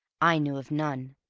i knew of none,